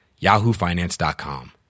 yahoofinance.com